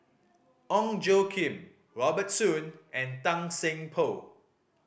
Ong Tjoe Kim Robert Soon and Tan Seng Poh